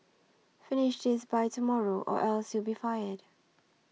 finish this by tomorrow or else you'll be fired